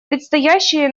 предстоящие